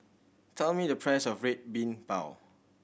tell me the price of Red Bean Bao